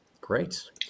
Great